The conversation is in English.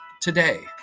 today